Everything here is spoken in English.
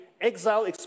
exile